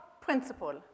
Principle